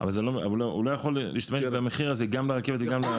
אבל הוא לא יכול להשתמש במחיר הזה גם לרכבת וגם ל?